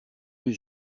les